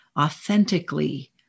authentically